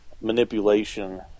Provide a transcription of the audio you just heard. manipulation